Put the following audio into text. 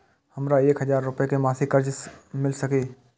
हमरा एक हजार रुपया के मासिक कर्ज मिल सकिय?